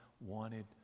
wanted